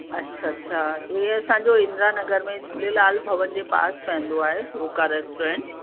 अच्छा अच्छा इहे असांजो इन्द्रानगर में झूलेलाल भवन जे पास पवंदो आहे रोका रेस्टोरंट